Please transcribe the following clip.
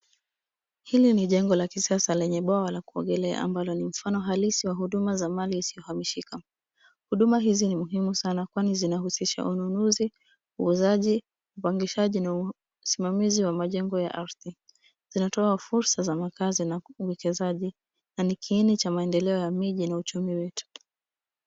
Hili ni jengo la kisasa lenye bwawa la kuogelea ambalo ni mfano halisi wa huduma wa mali isiyohamishika. Huduma hizi ni muhimu sana kwani zinahusisha ununuzi, uuzaji, upangishaji na usimamizi wa majengo ya ardhi. Zinatoa fursa za makazi na uwekezaji na ni kiini cha maendeleo ya miji na uchumi wetu.